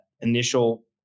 initial